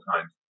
times